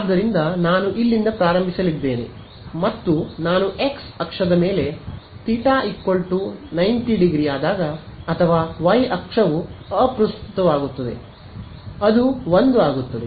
ಆದ್ದರಿಂದ ನಾನು ಇಲ್ಲಿಂದ ಪ್ರಾರಂಭಿಸಲಿದ್ದೇನೆ ಮತ್ತು ನಾನು x ಅಕ್ಷದ ಮೇಲೆ θ 90 ಆದಾಗ ಅಥವಾ y ಅಕ್ಷವು ಅಪ್ರಸ್ತುತವಾಗುತ್ತದೆ ಅದು 1 ಆಗುತ್ತದೆ